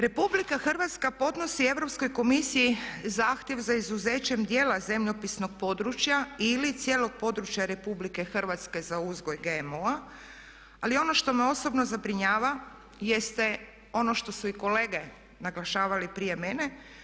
RH ponosi Europskoj komisiji zahtjev za izuzećem djela zemljopisnog područja ili cijelog područja RH za uzgoj GMO-a ali ono što me osobno zabrinjava jeste ono što su i kolege naglašavali prije mene.